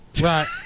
Right